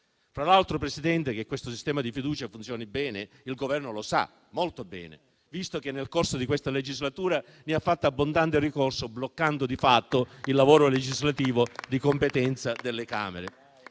Fra l'altro, che questo sistema di fiducia funzioni bene il Governo lo sa molto bene, visto che nel corso di questa legislatura ne ha fatto abbondante ricorso, bloccando di fatto il lavoro legislativo di competenza delle Camere.